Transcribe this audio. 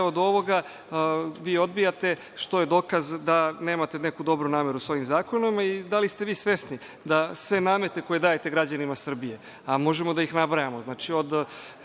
do ovoga, vi odbijate, što je dokaz da nemate neku dobru nameru sa ovim zakonom. Da li ste vi svesni svih nameta koje dajete građanima Srbije? Možemo da ih nabrajamo.